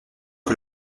que